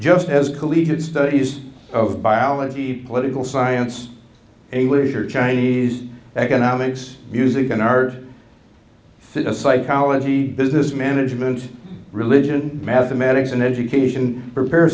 just as collegiate studies of biology political science elite or chinese economics music an art says a psychology business management religion mathematics and education prepa